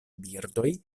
birdoj